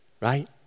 right